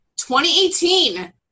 2018